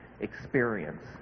experience